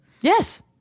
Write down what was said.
yes